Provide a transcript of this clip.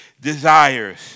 desires